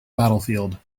battlefield